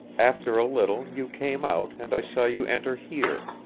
after a little you came out and i saw you enter here.